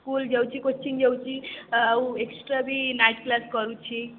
school ଯାଉଛି coaching ଯାଉଛି ଆଉ ଏକ୍ସଟ୍ରା ବି ନାଇଟ୍ କ୍ଲାସ୍ କରୁଛି